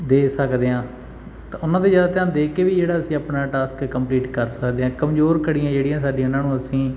ਦੇ ਸਕਦੇ ਹਾਂ ਤਾਂ ਉਹਨਾਂ 'ਤੇ ਜ਼ਿਆਦਾ ਧਿਆਨ ਦੇ ਕੇ ਵੀ ਜਿਹੜਾ ਅਸੀਂ ਆਪਣਾ ਟਾਸਕ ਕੰਪਲੀਟ ਕਰ ਸਕਦੇ ਹਾਂ ਕਮਜ਼ੋਰ ਕੜੀਆਂ ਜਿਹੜੀਆਂ ਸਾਡੀਆਂ ਉਹਨਾਂ ਨੂੰ ਅਸੀਂ